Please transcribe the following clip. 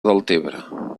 deltebre